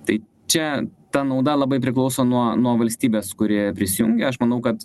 tai čia ta nauda labai priklauso nuo nuo valstybės kuri prisijungia aš manau kad